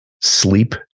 sleep